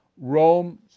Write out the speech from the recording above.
Rome